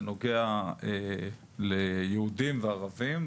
זה נוגע ליהודים וערבים,